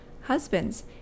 Husbands